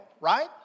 right